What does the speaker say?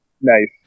Nice